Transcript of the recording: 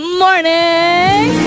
morning